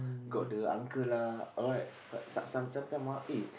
got the uncle lah alright some some sometime ah eh